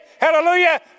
hallelujah